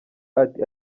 ati